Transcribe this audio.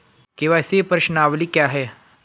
KYC प्रश्नावली क्या है?